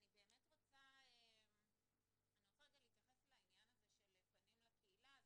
אני באמת רוצה להתייחס לעניין הזה של פנים לקהילה.